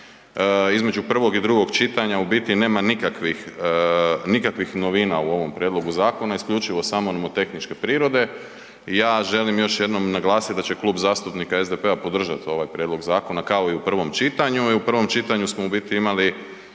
između prvog i drugog čitanja u biti nema nikakvih novina u ovom prijedlogu zakona, isključivo samo nomotehničke prirode. Ja želim još jednom naglasiti da će Klub zastupnika SDP-a podržati ovaj prijedlog zakona kao i u prvom čitanju, i u prvom čitanju smo u biti imali